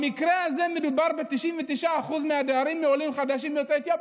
במקרה הזה מדובר ב-99% מהדיירים שהם עולים חדשים יוצאי אתיופיה.